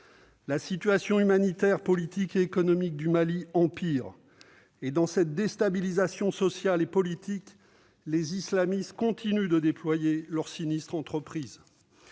La situation humaine, politique et économique du Mali empire. Dans ce contexte de déstabilisation sociale et politique, les islamistes continuent de développer leur sinistre entreprise.